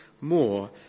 more